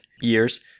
years